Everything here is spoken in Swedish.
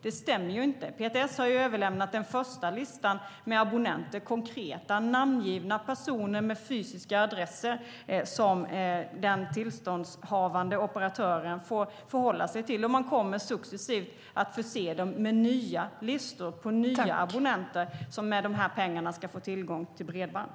Det stämmer inte. PTS har överlämnat den första listan med abonnenter. Den är konkret, med namngivna personer och fysiska adresser som den tillståndshavande operatören får förhålla sig till. Man kommer successivt att förse dem med nya listor på nya abonnenter som med de här pengarna ska få tillgång till bredband.